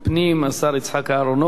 חבר הכנסת דוד אזולאי,